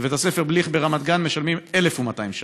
בבית הספר בליך ברמת גן משלמים 1,200 שקל.